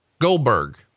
Goldberg